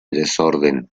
desorden